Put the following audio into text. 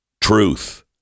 Truth